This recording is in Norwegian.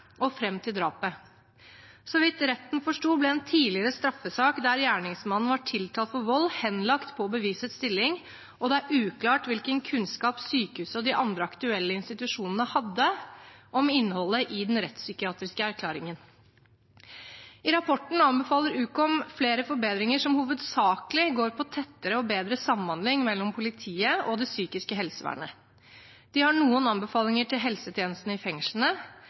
og fram til drapet. Så vidt retten forsto, ble en tidligere straffesak der gjerningsmannen var tiltalt for vold, henlagt etter bevisets stilling, og det er uklart hvilken kunnskap sykehuset og de andre aktuelle institusjonene hadde om innholdet i den rettspsykiatriske erklæringen. I rapporten anbefaler Ukom flere forbedringer som hovedsakelig handler om tettere og bedre samhandling mellom politiet og det psykiske helsevernet. De har noen anbefalinger til helsetjenesten i fengslene,